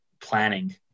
planning